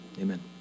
amen